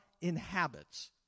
inhabits